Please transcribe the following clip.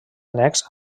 annex